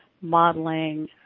modeling